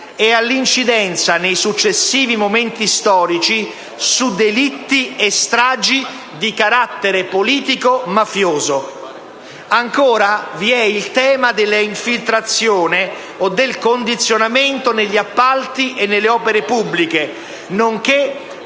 e all'incidenza nei successivi momenti storici su delitti e stragi di carattere politico-mafioso. Ancora, vi è il tema della infiltrazione o del condizionamento negli appalti e nelle opere pubbliche, nonché